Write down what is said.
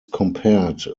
compared